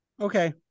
Okay